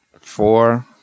Four